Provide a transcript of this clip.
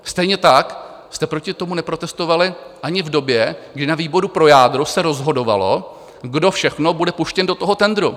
Stejně tak jste proti tomu neprotestovali ani v době, kdy na výboru pro jádro se rozhodovalo, kdo všechno bude puštěn do toho tendru.